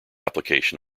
application